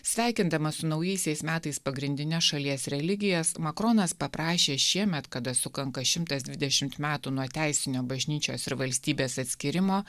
sveikindamas su naujaisiais metais pagrindine šalies religijas makronas paprašė šiemet kada sukanka šimtas dvidešimt metų nuo teisinio bažnyčios ir valstybės atskyrimo